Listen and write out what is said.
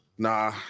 Nah